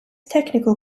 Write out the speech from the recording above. technical